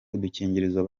udukingirizo